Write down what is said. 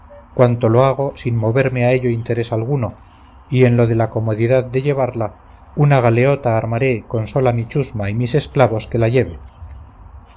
cuanto lo hago sin moverme a ello interés alguno y en lo de la comodidad de llevarla una galeota armaré con sola mi chusma y mis esclavos que la lleve